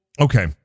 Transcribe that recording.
okay